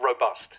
robust